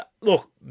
Look